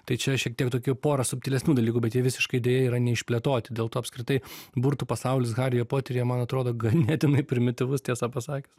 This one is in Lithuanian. tai čia šiek tiek tokių pora subtilesnių dalykų bet jie visiškai deja yra neišplėtoti dėl to apskritai burtų pasaulis haryje poteryje man atrodo ganėtinai primityvus tiesą pasakius